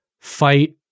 fight